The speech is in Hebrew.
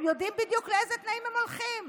הם יודעים בדיוק לאיזה תנאים הם הולכים.